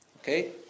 Okay